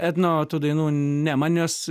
etno tų dainų ne man jos